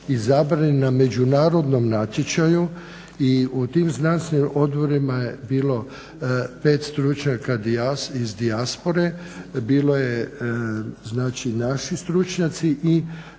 izabrani na međunarodnom natječaju i u tim Znanstvenim odborima je bilo 5 stručnjaka iz dijaspore, bilo je znači naši stručnjaci i